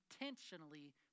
intentionally